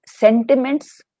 sentiments